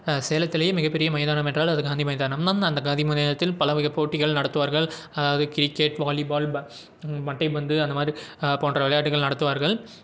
சேலத்திலையே மிக பெரிய மைதானம் என்றால் அது காந்தி மைதானம் தான் அந்த காந்தி மைதானத்தில் பலவகை போட்டிகள் நடத்துவார்கள் அதாவது கிரிக்கெட் வாலிபால் மட்டை பந்து அந்தமாதிரி போன்ற விளையாட்டுகள் நடத்துவார்கள்